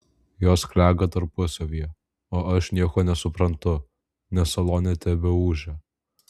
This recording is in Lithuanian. jos klega tarpusavyje o aš nieko nesuprantu nes salone tebeūžia